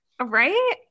Right